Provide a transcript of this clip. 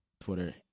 Twitter